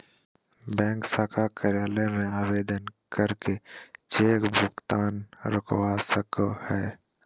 bank शाखा कार्यालय में आवेदन करके चेक भुगतान रोकवा सको हय